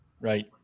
right